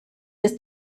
des